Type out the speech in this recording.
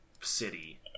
city